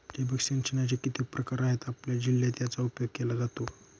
ठिबक सिंचनाचे किती प्रकार आहेत? आपल्या जिल्ह्यात याचा उपयोग केला जातो का?